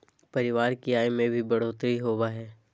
परिवार की आय में भी बढ़ोतरी होबो हइ